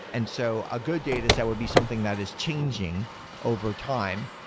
and so a good dataset would be something that is changing overtime.